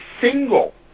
single